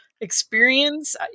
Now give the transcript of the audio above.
experience